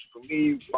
Believe